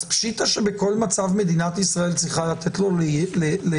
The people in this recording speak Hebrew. אז פשיטא שבכל מצב מדינת ישראל צריכה לתת לו להיכנס?